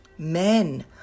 Men